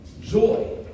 Joy